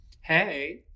Hey